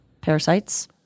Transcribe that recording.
Parasites